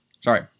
Sorry